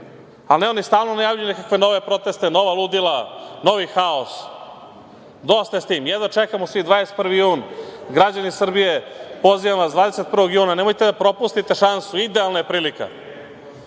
a ne, oni stalno najavljuju nekakve nove proteste, nova ludila, novi haos. Dosta je sa tim. Jedva čekamo svi 21. jun. Građani Srbije, pozivam vas 21. juna, nemojte da propustite šansu, idealna je prilika